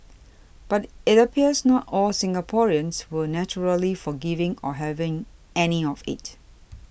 but it appears not all Singaporeans were naturally forgiving or having any of it